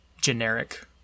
generic